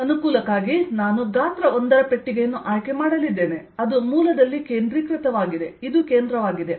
ಅನುಕೂಲಕ್ಕಾಗಿ ನಾನು ಗಾತ್ರ 1 ರ ಪೆಟ್ಟಿಗೆಯನ್ನು ಆಯ್ಕೆ ಮಾಡಲಿದ್ದೇನೆ ಅದು ಮೂಲದಲ್ಲಿ ಕೇಂದ್ರೀಕೃತವಾಗಿದೆ ಇದು ಕೇಂದ್ರವಾಗಿದೆ